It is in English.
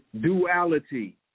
Duality